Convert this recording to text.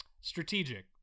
strategic